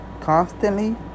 constantly